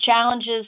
challenges